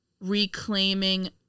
reclaiming